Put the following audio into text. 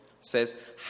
says